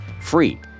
free